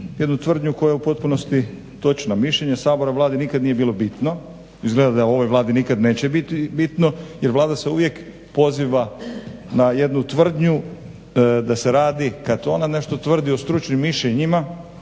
jednu tvrdnju koja je u potpunosti točna, mišljenje Sabora, Vlade nikad nije bilo bitno. Izgled da ovoj Vladi nikad neće biti bitno jer Vlada se uvijek poziva na jednu tvrdnju da se radi, kad ona nešto tvrdi u stručnim mišljenjima